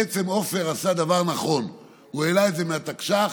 בעצם, עפר עשה דבר נכון, הוא העלה את זה מהתקש"ח